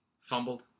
fumbled